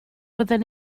fyddwn